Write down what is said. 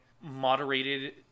moderated